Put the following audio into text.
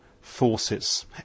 forces